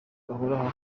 bahoraho